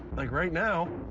like right now.